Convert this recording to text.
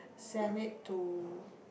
send it to